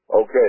Okay